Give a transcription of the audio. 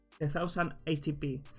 1080p